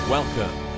Welcome